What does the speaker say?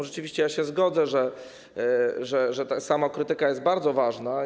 Rzeczywiście ja się zgodzę, że ta samokrytyka jest bardzo ważna.